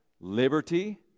Liberty